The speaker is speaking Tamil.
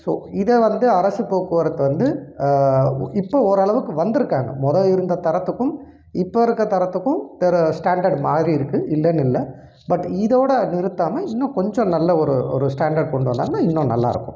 ஸோ இதை வந்து அரசு போக்குவரத்தை வந்து இப்போ ஓரளவுக்கு வந்துருக்காங்க மொதல் இருந்த தரத்துக்கும் இப்போ இருக்கற தரத்துக்கும் வேறு ஸ்டாண்டர்ட் மாறி இருக்குது இல்லைனு இல்லை பட் இதோடு நிறுத்தாமல் இன்னும் கொஞ்சம் நல்ல ஒரு ஒரு ஸ்டாண்டர்ட் கொண்டு வந்தாங்கனால் இன்னும் நல்லாயிருக்கும்